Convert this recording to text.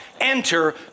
enter